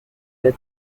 the